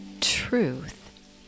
truth